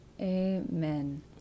Amen